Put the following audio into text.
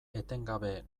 etengabe